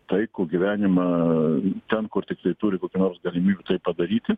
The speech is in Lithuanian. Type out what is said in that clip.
taikų gyvenimą ten kur tiktai turi kokių nors galimybių tai padaryti